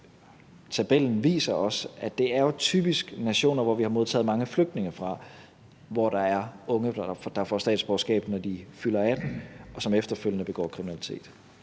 tabellen viser os, at det typisk er nationer, som vi har modtaget mange flygtninge fra, og der er der unge, der får statsborgerskab, når de fylder 18, og som efterfølgende begår kriminalitet.